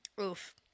oof